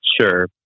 sure